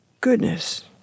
goodness